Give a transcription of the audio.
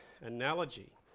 analogy